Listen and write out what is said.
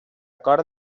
cort